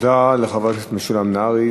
תודה לחבר הכנסת משולם נהרי.